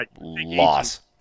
loss